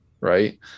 right